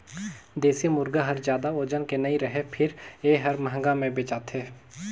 देसी मुरगा हर जादा ओजन के नइ रहें फेर ए हर महंगा में बेचाथे